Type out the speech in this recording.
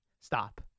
Stop